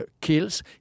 kills